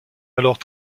alors